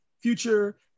future